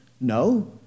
No